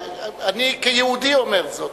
אני כיהודי אומר זאת.